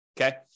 okay